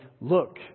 look